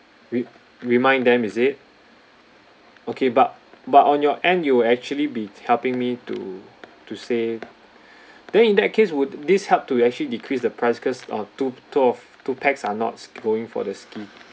re~ remind them is it okay but but on your end you'll actually be helping me to to say then in that case would this help to actually decrease the price cause uh two two of two pax are not going for the ski